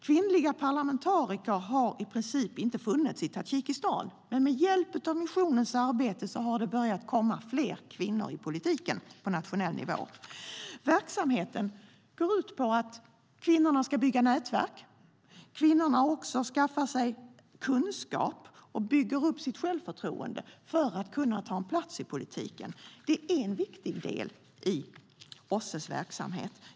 Kvinnliga parlamentariker har i princip inte funnits i Tadzjikistan, men med hjälp av missionens arbete har det börjat komma fler kvinnor i politiken på nationell nivå. Verksamheten går ut på att kvinnorna ska bygga nätverk. De skaffar sig också kunskap och bygger upp sitt självförtroende för att kunna ta plats i politiken. Det är en viktig del i OSSE:s verksamhet.